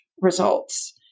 results